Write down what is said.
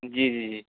جی جی جی